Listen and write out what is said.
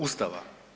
Ustava?